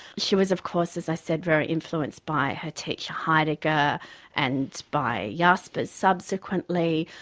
she was of course as i said very influenced by her teacher heidegger and by jaspers subsequently.